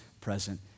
present